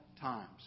times